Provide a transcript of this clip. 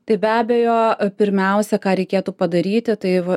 tai be abejo pirmiausia ką reikėtų padaryti tai